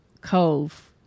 cove